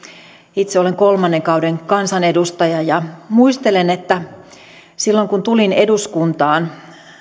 itse olen kolmannen kauden kansanedustaja ja muistelen että silloin kun tulin eduskuntaan